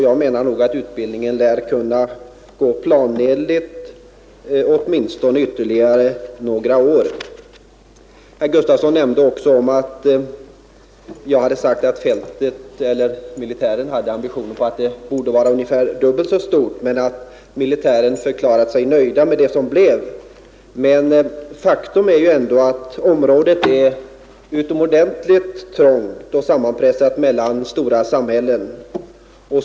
Jag menar därför att utbildningen lär kunna gå planenligt åtminstone ytterligare något år med nuvarande fält. Herr Gustafsson i Uddevalla nämnde också att jag hade sagt att militären hade ambitioner på ett ungefär dubbelt så stort fält, men att man förklarat sig nöjd med det som blev. Faktum är ändå att området är utomordentligt trångt och sammanpressat mellan stora samhällen.